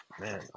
man